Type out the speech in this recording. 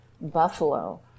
buffalo